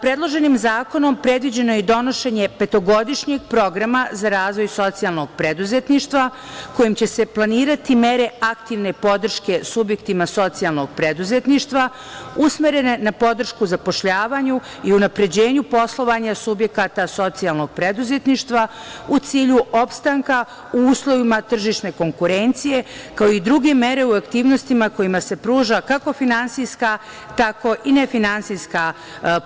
Predloženim zakonom predviđeno je i donošenje petogodišnjeg programa za razvoj socijalnog preduzetništva kojim će se planirati mere aktivne podrške subjektima socijalnog preduzetništva, usmerene na podršku zapošljavanju i unapređenju poslovanja subjekata socijalnog preduzetništva, u cilju opstanka u uslovima tržišne konkurencije, kao i druge mere u aktivnostima kojima se pruža kako finansijska, tako i nefinansijska